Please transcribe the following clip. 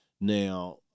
Now